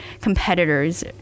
competitors